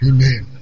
Amen